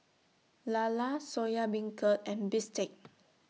Lala Soya Beancurd and Bistake